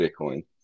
Bitcoin